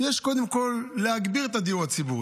קודם כול להגביר את הדיור הציבורי.